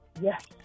Yes